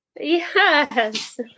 Yes